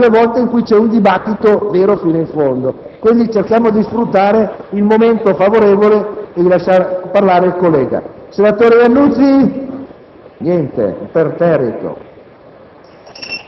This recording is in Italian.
Senatrice Finocchiaro e senatore Iannuzzi,